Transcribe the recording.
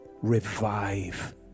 revive